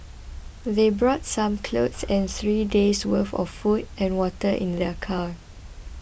they brought some clothes and three days' worth of food and water in their car